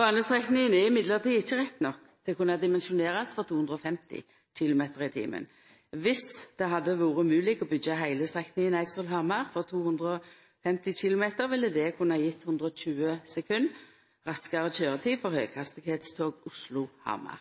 Banestrekninga er likevel ikkje rett nok til å kunna dimensjonerast for 250 km/t. Om det hadde vore mogleg å byggja heile strekninga Eidsvoll–Hamar for 250 km/t, ville det kunna gjeve 120 sekund raskare køyretid for høghastigheitstog Oslo–Hamar.